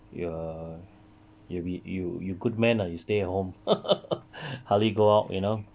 you are you will be you you good man ah you stay at home hardly go out you know